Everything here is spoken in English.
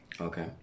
Okay